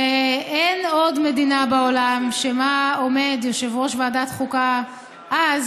ואין עוד מדינה בעולם שבה עומד ראש ועדת חוקה אז